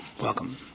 welcome